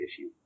issue